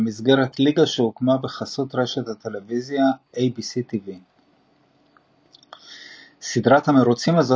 במסגרת ליגה שהוקמה בחסות רשת הטלוויזיה ABC-TV. סדרת המרוצים הזו